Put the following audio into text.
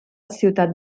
ciutat